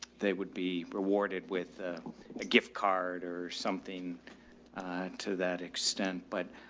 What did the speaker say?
they would be rewarded with a gift card or something to that extent. but,